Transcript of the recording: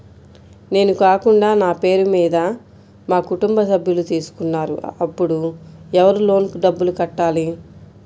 నేను కాకుండా నా పేరు మీద మా కుటుంబ సభ్యులు తీసుకున్నారు అప్పుడు ఎవరు లోన్ డబ్బులు కట్టాలి?